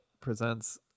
presents